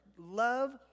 love